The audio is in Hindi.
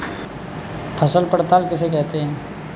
फसल पड़ताल किसे कहते हैं?